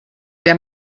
der